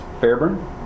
Fairburn